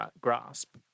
grasp